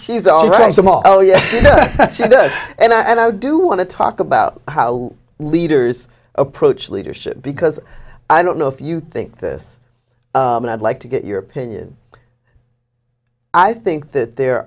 she's all right so although you and i do want to talk about how leaders approach leadership because i don't know if you think this and i'd like to get your opinion i think that there